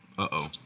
Uh-oh